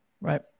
Right